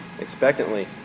expectantly